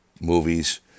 movies